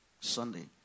Sunday